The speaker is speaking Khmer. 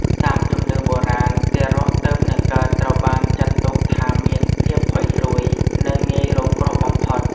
តាមជំនឿបុរាណ ទារកទើបនឹងកើតត្រូវបានចាត់ទុកថាមានភាពផុយស្រួយ និងងាយរងគ្រោះបំផុត។